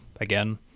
again